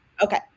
Okay